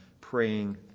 praying